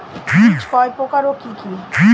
বীজ কয় প্রকার ও কি কি?